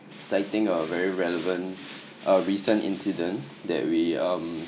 citing a very relevant a recent incident that we um